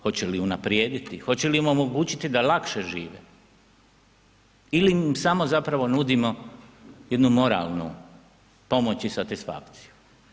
Hoće li unaprijediti, hoće li mu omogućiti da lakše žive ili im samo zapravo nudimo jednu moralnu pomoć i satisfakciju?